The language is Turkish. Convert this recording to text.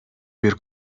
bir